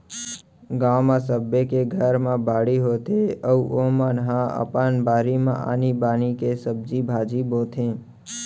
गाँव म सबे के घर म बाड़ी होथे अउ ओमन ह अपन बारी म आनी बानी के सब्जी भाजी बोथे